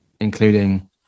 including